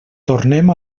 tornem